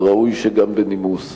וראוי שגם בנימוס,